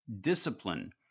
discipline